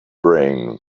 brain